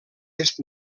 est